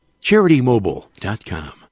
CharityMobile.com